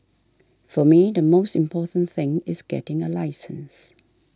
for me the most important thing is getting a license